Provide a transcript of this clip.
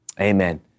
Amen